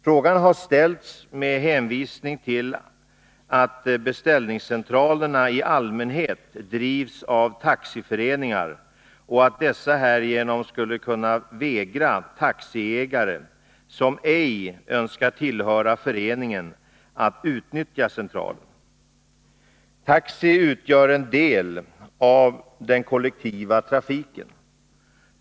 Frågan har ställts med hänvisning till att beställningscentralerna i allmänhet drivs av taxiföreningarna och att dessa härigenom skulle kunna vägra taxiägare, som ej önskar tillhöra föreningen, att utnyttja centralen. Taxi utgör en del av den kollektiva trafiken.